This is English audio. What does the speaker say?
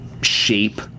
shape